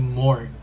more